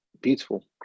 beautiful